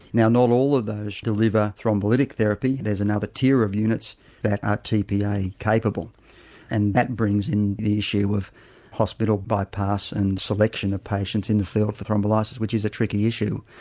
now not all of those deliver thrombolytic therapy, there's another tier of units that are tpa capable and that brings in the issue of hospital bypass and selection of patients in the field for thrombolysis, which is a tricky issue.